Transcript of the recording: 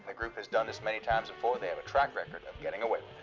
group has done this many times before. they have a track record of getting away